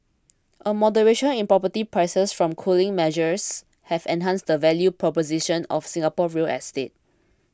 a moderation in property prices from cooling measures have enhanced the value proposition of Singapore real estate